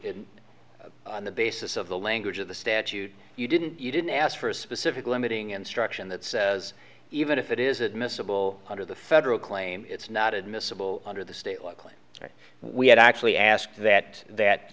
it on the basis of the language of the statute you didn't you didn't ask for a specific limiting instruction that says even if it is admissible under the federal claim it's not admissible under the state likely we had actually asked that that